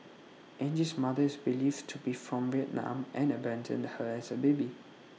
Angie's mother is believed to be from Vietnam and abandoned her as A baby